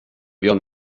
beyond